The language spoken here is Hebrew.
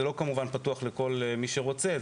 זה כמובן לא פתוח לכל מי שרוצה,